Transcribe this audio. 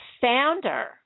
founder